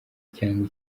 cyangwa